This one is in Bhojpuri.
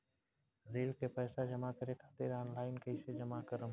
ऋण के पैसा जमा करें खातिर ऑनलाइन कइसे जमा करम?